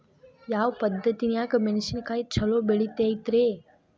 ಯಾವ ಪದ್ಧತಿನ್ಯಾಗ ಮೆಣಿಸಿನಕಾಯಿ ಛಲೋ ಬೆಳಿತೈತ್ರೇ?